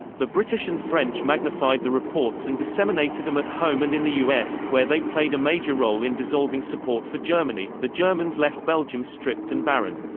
the british and french magnified the reports and disseminated them at home and in the us, where they played a major role in dissolving support for germany the germans left belgium stripped and barren.